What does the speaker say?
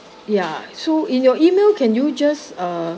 ya so in your email can you just uh